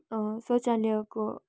शौचालयको